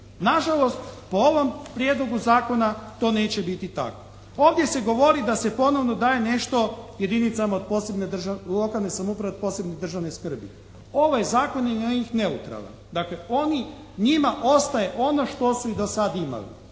Nažalost po ovom prijedlogu zakona to neće biti tako. Ovdje se govori da se ponovno daje nešto jedinicama lokalne samouprave od posebne državne skrbi. Ovaj zakon je na njih neutralan. Dakle oni njima ostaje ono što su i do sad imali.